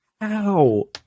Ow